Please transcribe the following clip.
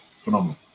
phenomenal